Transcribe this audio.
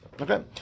Okay